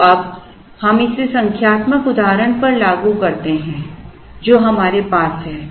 तो अब हम इसे उस संख्यात्मक उदाहरण पर लागू करते हैं जो हमारे पास है